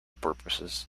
purposes